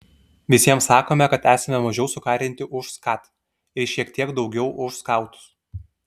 visiems sakome kad esame mažiau sukarinti už skat ir šiek tiek daugiau už skautus